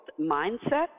mindset